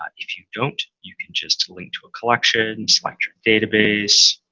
um if you don't, you can just link to a collection, select your database,